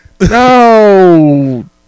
No